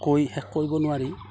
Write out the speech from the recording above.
কৈ শেষ কৰিব নোৱাৰি